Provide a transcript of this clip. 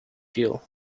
deal